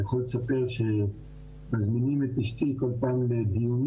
אני יכול לספר שמזמינים את אשתי כל פעם לדיונים